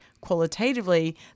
qualitatively